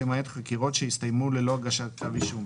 למעט חקירות שהסתיימו ללא הגשת כתב אישום,